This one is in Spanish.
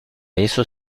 eso